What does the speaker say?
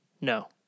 no